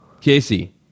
Casey